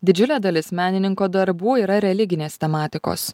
didžiulė dalis menininko darbų yra religinės tematikos